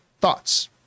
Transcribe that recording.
thoughts